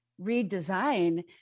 redesign